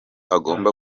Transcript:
agomba